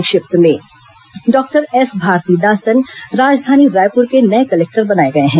संक्षिप्त समाचार doctor S Bharathidasan राजधानी रायपुर के नये कलेक्टर बनाए गए हैं